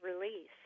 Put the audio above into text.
release